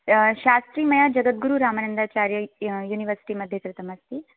शास्त्रि मया जगद्गुरुरामानन्दाचार्य इ युनिवर्सिटि मध्ये कृतमस्ति